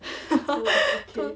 haha